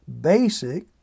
basic